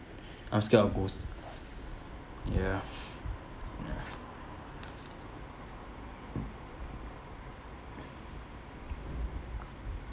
I'm scared of ghosts ya ya